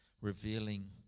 revealing